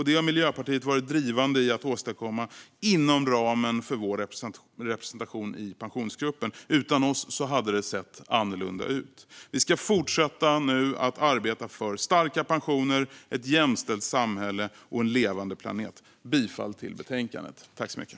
Detta har Miljöpartiet varit drivande i att åstadkomma inom ramen för vår representation i Pensionsgruppen. Utan oss hade det sett annorlunda ut. Vi ska nu fortsätta att arbeta för starka pensioner, ett jämställt samhälle och en levande planet. Jag yrkar bifall till utskottets förslag i betänkandet.